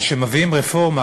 אז כשמביאים רפורמה,